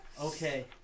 Okay